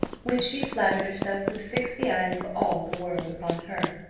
which she flattered herself would fix the eyes of all the world upon her.